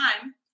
time